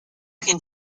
second